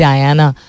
Diana